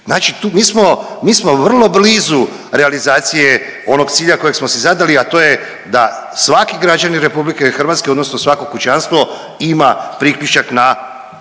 smo, mi smo vrlo blizu realizacije onog cilja kojeg smo si zadali, a to je da svaki građanin RH odnosno svako kućanstvo ima priključak na